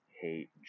hate